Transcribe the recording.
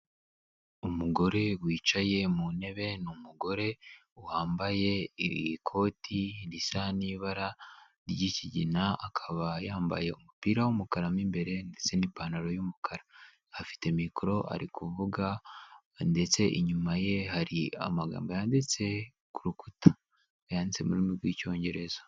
Umugore wicaye mu ntebe, ni umugore wambaye ikoti risa n'ibara ry'ikigina, akaba yambaye umupira w'umukara mo imbere ndetse n'ipantaro y'umukara, afite mikoro ari kuvuga ndetse inyuma ye hari amagambo yanditse ku rukuta yanditse mu rurimi rw'icyongereza.